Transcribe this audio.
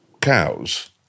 cows